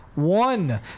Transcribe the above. One